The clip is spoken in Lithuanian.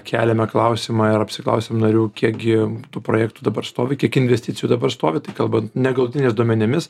keliame klausimą ir apsiklausiam narių kiek gi tų projektų dabar stovi kiek investicijų dabar stovi tai kalbant negalutiniais duomenimis